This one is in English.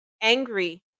angry